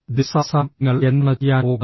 ദിവസാവസാനം നിങ്ങൾ എന്താണ് ചെയ്യാൻ പോകുന്നത്